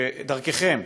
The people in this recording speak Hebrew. ודרככם